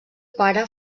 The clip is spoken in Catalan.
pare